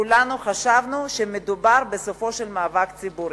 כולנו חשבנו שמדובר בסופו של מאבק ציבורי.